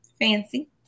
fancy